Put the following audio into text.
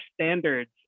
standards